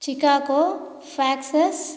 Chicago ஃபக்சஸ்